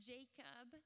Jacob